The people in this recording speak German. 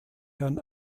herrn